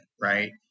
right